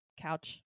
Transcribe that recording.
couch